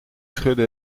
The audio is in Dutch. schudde